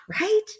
right